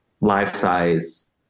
life-size